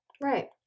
Right